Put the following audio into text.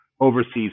overseas